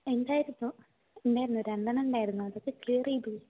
ഉണ്ടായിരുന്നു ഉണ്ടായിരുന്നു രണ്ടെണ്ണം ഉണ്ടായിരുന്നു അതൊക്കെ ക്ലിയർ ചെയ്തു